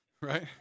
Right